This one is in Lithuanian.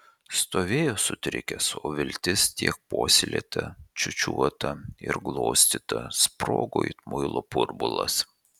stovėjo sutrikęs o viltis tiek puoselėta čiūčiuota ir glostyta sprogo it muilo burbulas